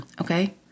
Okay